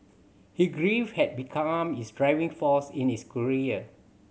his grief had become his driving force in his career